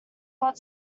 blood